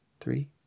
three